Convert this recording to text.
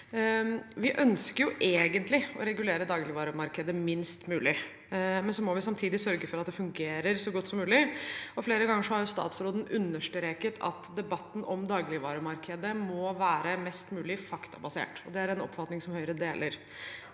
Vi ønsker jo egentlig å regulere dagligvaremarkedet minst mulig, men samtidig må vi sørge for at det fungerer så godt som mulig. Flere ganger har statsråden understreket at debatten om dagligvaremarkedet må være mest mulig faktabasert, og det er en oppfatning som Høyre deler.